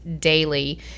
daily